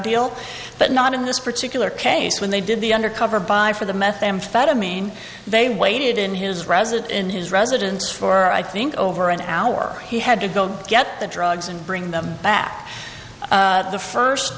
deal but not in this particular case when they did the undercover buy for the methamphetamine they waited in his resident in his residence for i think over an hour he had to go get the drugs and bring them back the first